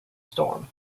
storm